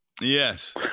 Yes